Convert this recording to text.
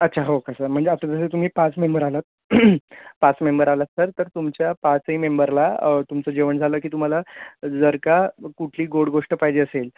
अच्छा हो का सर म्हणजे आता जसं तुम्ही पाच मेंबर आलात पाच मेंबर आलात तर तर तुमच्या पाचही मेंबरला तुमचं जेवण झालं की तुम्हाला जर का कुठली गोड गोष्ट पाहिजे असेल